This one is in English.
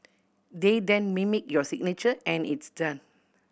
they then mimic your signature and it's done